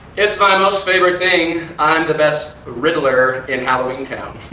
it's my most favorite thing. i'm the best riddler in halloween town!